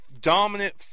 dominant